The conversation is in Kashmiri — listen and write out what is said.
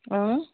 اۭں